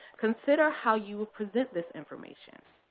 consider how you will present this information.